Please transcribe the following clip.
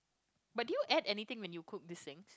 but did you add anything when you cook this thing